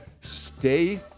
stay